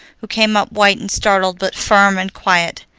who came up white and startled but firm and quiet.